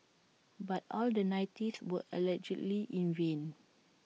but all the niceties were allegedly in vain